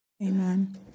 Amen